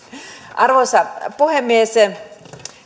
arvoisa puhemies